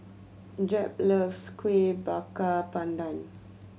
Jep loves Kueh Bakar Pandan